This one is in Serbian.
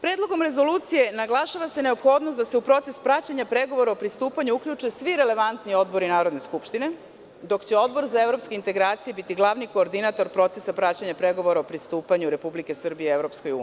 Predlogom rezolucije naglašava se neophodnost da se u proces praćenja pregovora o pristupanju uključe svi relevantni odbori Narodne skupštine, dok će Odbor za evropske integracije biti glavni koordinator procesa praćenja o pristupanju Republike Srbije EU.